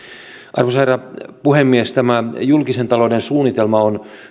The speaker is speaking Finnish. arvoisa herra puhemies tämä julkisen talouden suunnitelma on